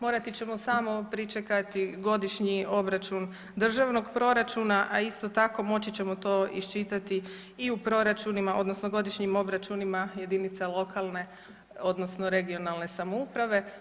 Morati ćemo samo pričekati godišnji obračun državnog proračuna, a isto tako moći ćemo to iščitati i u proračunima odnosno godišnjim obračunima jedinica lokalne odnosno regionalne samouprave.